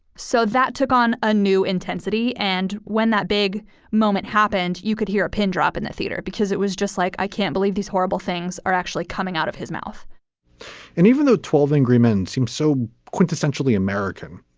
so that took on a new intensity. and when that big moment happened, you could hear a pin drop in the theater because it was just like, i can't believe these horrible things are actually coming out of his mouth and even though twelve angry men seemed so quintessentially american,